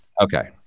Okay